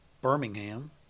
Birmingham